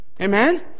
Amen